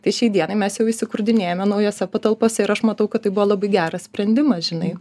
tai šiai dienai mes jau įsikurdinėjame naujose patalpose ir aš matau kad tai buvo labai geras sprendimas žinai